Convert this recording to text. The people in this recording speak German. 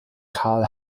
karl